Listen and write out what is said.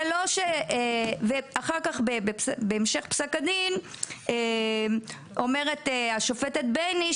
אחר כך בהמשך פסק הדין אומרת השופטת בייניש